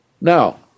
Now